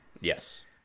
yes